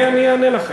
אני אענה לכם.